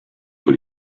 dans